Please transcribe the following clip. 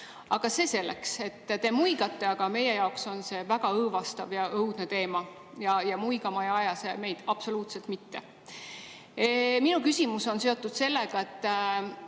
See selleks. Te muigate, aga meie jaoks on see väga õõvastav ja õudne teema. Muigama ei aja see meid absoluutselt mitte. Minu küsimus on seotud sellega, et